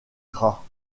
gras